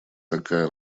такая